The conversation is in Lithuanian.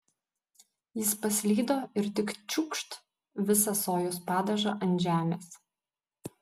jis paslydo ir tik čiūkšt visą sojos padažą ant žemės